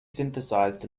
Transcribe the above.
synthesized